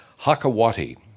Hakawati